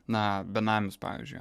na benamius pavyzdžiui